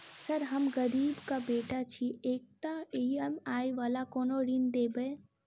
Sir हम गरीबक बेटा छी एकटा ई.एम.आई वला कोनो ऋण देबै?